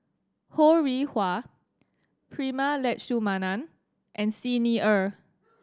Ho Rih Hwa Prema Letchumanan and Xi Ni Er